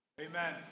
Amen